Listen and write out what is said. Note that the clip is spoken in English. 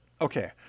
Okay